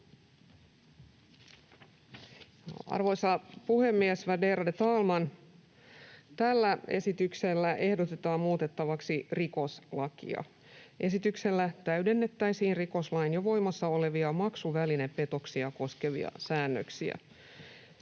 Arvoisa puhemies, värderade talman! Tällä esityksellä ehdotetaan muutettavaksi rikoslakia. Esityksellä täydennettäisiin rikoslain jo voimassa olevia, maksuvälinepetoksia koskevia säännöksiä.